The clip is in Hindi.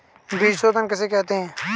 बीज शोधन किसे कहते हैं?